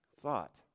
thought